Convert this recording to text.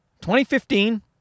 2015